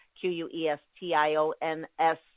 q-u-e-s-t-i-o-n-s